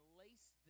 lace